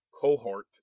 cohort